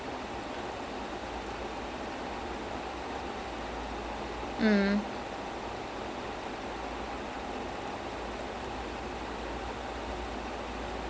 ya exactly so அப்போ வந்து:appo vanthu then I typed did the calculation thankfully I didn't so at least even though I don't have the mutton at least I didn't have to I wasn't charged for it